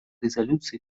резолюции